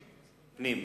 פנים.